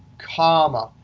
comma.